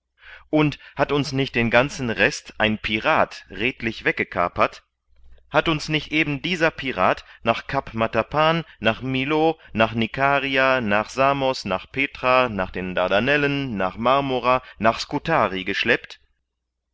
und hat uns nicht den ganzen rest ein pirat redlich weggekapert hat uns nicht eben dieser pirat nach kap matapan nach milo nach nikaria nach samos nach petra nach den dardanellen nach marmora nach skutari geschleppt